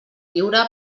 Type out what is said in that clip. lliure